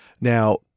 Now